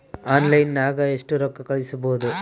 ಆನ್ಲೈನ್ನಾಗ ಎಷ್ಟು ರೊಕ್ಕ ಕಳಿಸ್ಬೋದು